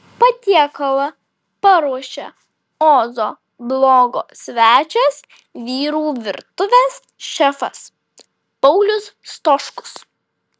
patiekalą paruošė ozo blogo svečias vyrų virtuvės šefas paulius stoškus